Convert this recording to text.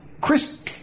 Chris